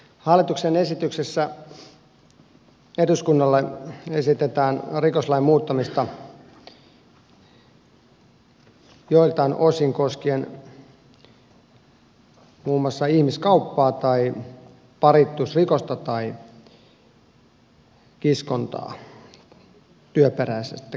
hallituksen esityksessä eduskunnalle esitetään rikoslain muuttamista joiltain osin koskien muun muassa ihmiskauppaa tai paritusrikosta tai kiskontaa työperäistä kiskontaa